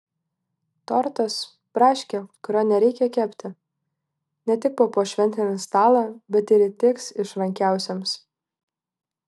tortas braškė kurio nereikia kepti ne tik papuoš šventinį stalą bet ir įtiks išrankiausiems